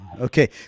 okay